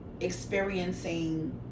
experiencing